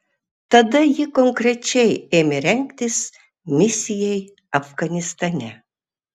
tada ji konkrečiai ėmė rengtis misijai afganistane